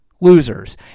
losers